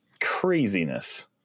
craziness